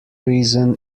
reason